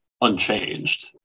unchanged